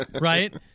right